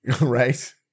Right